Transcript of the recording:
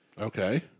Okay